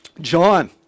John